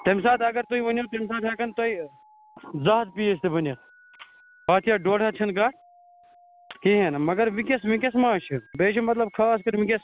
تَمہِ ساتہٕ اَگر تُہۍ ؤنِو تَمہِ ساتہٕ ہٮ۪کَن تۄہہِ زٕ ہَتھ پیٖس تہِ بٔنِتھ ہَتھ یا ڈۄڈ ہَتھ چھَنہٕ کَتھ کِہیٖنٛۍ نہٕ مگر وُنکٮ۪س وُنکٮ۪س ما چھِ بیٚیہِ چھِ مطلب خاص کَر وُنکٮ۪س